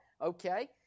okay